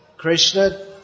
Krishna